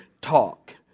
talk